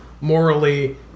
morally